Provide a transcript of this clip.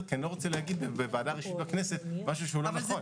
כי אני לא רוצה להגיד בוועדה רשמית בכנסת משהו לא נכון.